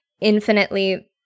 infinitely